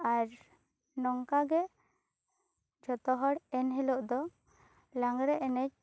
ᱟᱨ ᱱᱚᱝᱠᱟ ᱜᱮ ᱡᱷᱚᱛᱚ ᱦᱚᱲ ᱮᱱ ᱦᱤᱞᱳᱜ ᱫᱚ ᱞᱟᱜᱽᱲᱮ ᱮᱱᱮᱡ